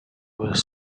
was